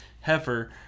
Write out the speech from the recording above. Heifer